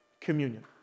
communion